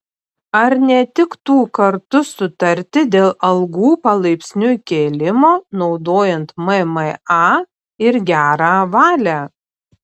ar netiktų kartu sutarti dėl algų palaipsniui kėlimo naudojant mma ir gerą valią